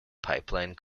pipeline